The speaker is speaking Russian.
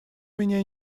меня